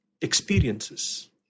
experiences